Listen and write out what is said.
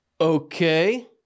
Okay